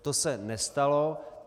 To se nestalo.